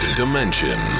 dimension